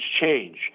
change